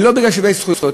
ולא בגלל שוויון זכויות,